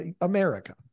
America